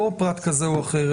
לא פרט כזה או אחר,